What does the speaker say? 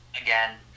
Again